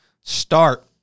start